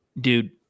dude